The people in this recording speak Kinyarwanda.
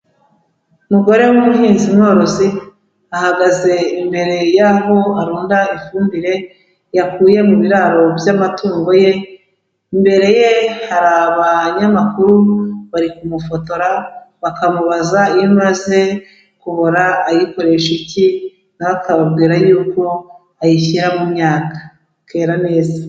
Umugore w'umuhinzi mworozi ahagaze imbere y'aho arunda ifumbire yakuye mu biraro by'amatungo ye, imbere ye hari abanyamakuru bari kumufotora bakamubaza iyo imaze kubora ayikoresha iki, nawe akababwira y'uko ayishyira mu myaka ikera neza.